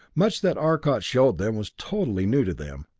much that arcot showed them was totally new to them.